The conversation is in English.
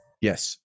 Yes